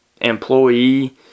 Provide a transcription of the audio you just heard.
employee